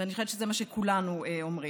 ואני חושבת שזה מה שכולנו אומרים.